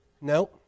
No